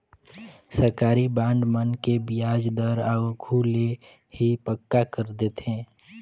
सरकारी बांड मन के बियाज दर आघु ले ही पक्का कर देथे